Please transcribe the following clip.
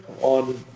on